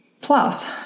Plus